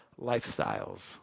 lifestyles